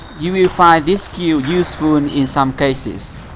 you will find this skill useful and in some cases.